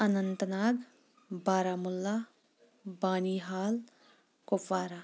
Anant Nag Baramulla Banihal Kupwara